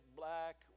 black